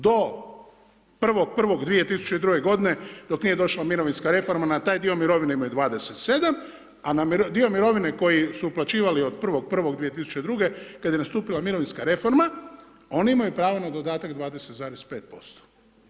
Do 1.1.2002. godine dok nije došla mirovinska reforma na taj dio mirovine imaju 27, a na dio mirovine koji su uplaćivali od 1.1.2002. kada je nastupila mirovinska reforma oni imaju pravo na dodatak 20,5%